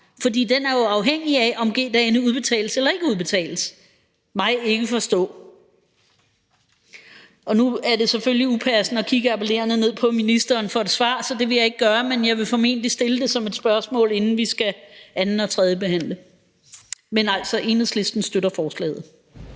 For det er jo afhængigt af, om G-dagene udbetales eller ikke udbetales. Mig ikke forstå. Nu er det selvfølgelig upassende at kigge appellerende ned på ministeren for et svar, så det vil jeg ikke gøre, men jeg vil formentlig stille det som et spørgsmål, inden vi skal anden- og tredjebehandle forslaget. Men Enhedslisten støtter forslaget.